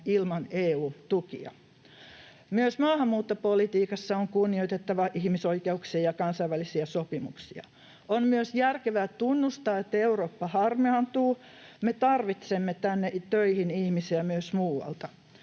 ilman EU-tukia. Myös maahanmuuttopolitiikassa on kunnioitettava ihmisoikeuksia ja kansainvälisiä sopimuksia. On myös järkevää tunnustaa, että Eurooppa harmaantuu. Me tarvitsemme tänne töihin ihmisiä myös muualta.